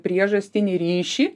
priežastinį ryšį